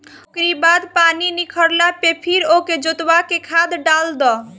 ओकरी बाद पानी निखरला पे फिर ओके जोतवा के खाद डाल दअ